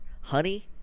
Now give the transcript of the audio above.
honey